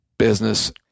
Business